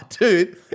dude